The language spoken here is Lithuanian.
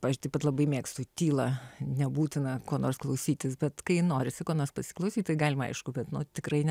aš taip pat pat labai mėgstu tylą nebūtina ko nors klausytis bet kai norisi ko nors pasiklausyti galima aišku bet nu tikrai ne